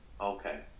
Okay